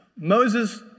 Moses